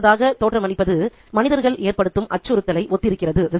தீங்கற்றதாக தோற்றமளிப்பது மனிதர்கள் ஏற்படுத்தும் அச்சுறுத்தலை ஒத்திருக்கிறது